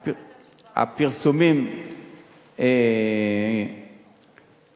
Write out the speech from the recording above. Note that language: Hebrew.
אז מי כתב את התשובה לשר?